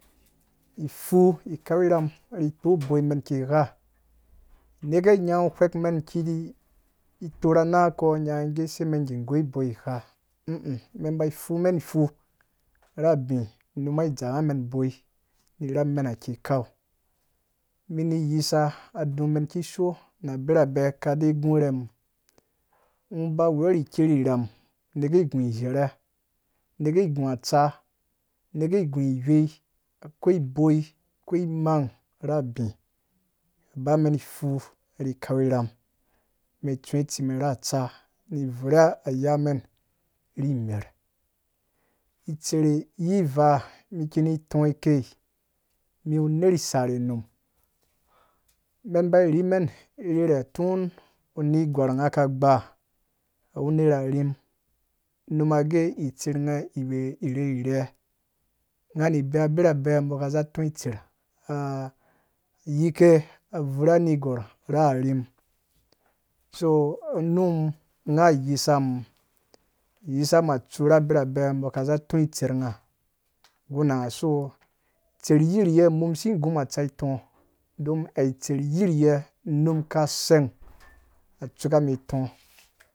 Pfu kau rham rhaim ri kpo bɔi men iki gha. neke nyango hwemen iki kpo na nenga kɔ ge sai men gi goi bɔi gha ii men bai pfumen pfu ra bi unumai dzaa men bɔi ri rhama iki kau mum ni yi sa a dumen ikishoo bɛ gu rhem ngo ba wɔri ker rham neke gũ gherhe neke gũ tsa nekegũ i wei koi bɔi koi mai ra bi ba men pfu ri kau rham ni tsuwe tsimen na tsa ivura aya men rimer itser yi vaa iki nu tɔkei, mem wu ne sarhe unum men rhimen rhere ton nergwar nga va gba a wu nera rhim unuma age itser nga wu rherhe nga bee bira bɛ tsi tser a yike, vura nergwar ra rhim, so unum yisa mum yi sa mum tsu ra bira bɛ ka zi tɔ tser nga gu na nga so tser yiriye mum si gu ma tsa itɔ don a wu tsar yiye unum ka sei a tsu kame tɔ.